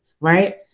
right